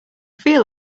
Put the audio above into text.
feel